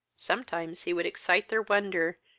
sometimes he would excite their wonder,